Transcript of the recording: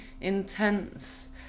intense